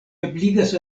ebligas